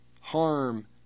harm